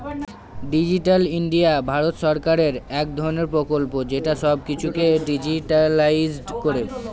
digital India Bharat সরকারের এক ধরনের প্রকল্প যেটা সব কিছুকে ডিজিট্যালাইসড করে